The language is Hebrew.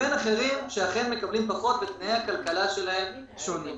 לבין אחרים שאכן מקבלים פחות ותנאי הכלכלה שלהם שונים.